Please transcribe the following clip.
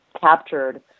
captured